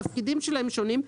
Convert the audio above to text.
התפקידים שלהם שונים,